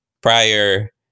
prior